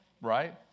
right